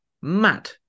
Mad